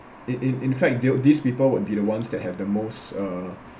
in in in fact they these people would be the ones that have the most uh